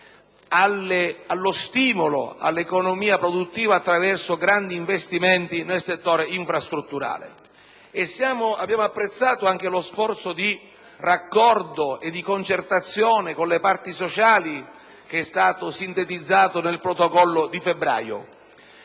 allo stimolo all'economia produttiva attraverso grandi investimenti nel settore infrastrutturale. Abbiamo apprezzato anche lo sforzo di raccordo e di concertazione con le parti sociali, sintetizzato nel protocollo di febbraio.